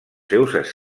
seus